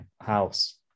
house